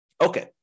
Okay